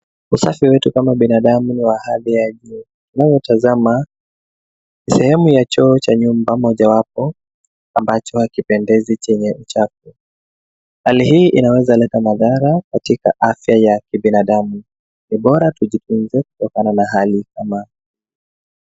Usafi wetu kama binadamu ni wa hadhi ya juu. Unavyotazama sehemu ya choo cha nyumba mojawapo ambacho hakipendezi chenye uchafu. Hali hii inaweza leta madhara katika afya ya kibinadamu. Ni bora tujitunze kutokana na hali kama hii.